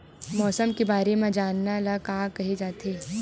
मौसम के बारे म जानना ल का कहे जाथे?